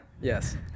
yes